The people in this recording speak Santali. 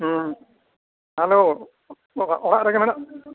ᱦᱮᱸ ᱦᱮᱞᱳ ᱚᱠᱟ ᱚᱲᱟᱜ ᱨᱮᱜᱮ ᱢᱮᱱᱟᱜ